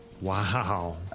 wow